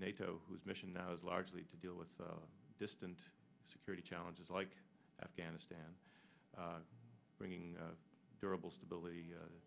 nato whose mission now is largely to deal with distant security challenges like afghanistan bringing